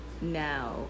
now